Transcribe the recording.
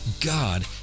God